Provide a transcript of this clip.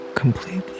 completely